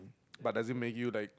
but doesn't make you like